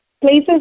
Places